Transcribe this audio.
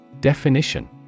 Definition